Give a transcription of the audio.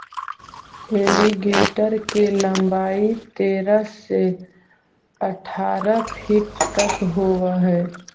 alligator के लंबाई तेरह से अठारह फीट तक होवऽ हइ